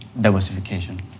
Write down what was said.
Diversification